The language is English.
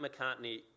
McCartney